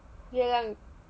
月亮